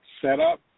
setup